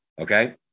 Okay